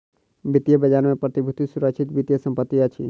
वित्तीय बजार में प्रतिभूति सुरक्षित वित्तीय संपत्ति अछि